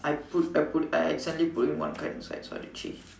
I put I put I accidentally put in one card inside so I only have three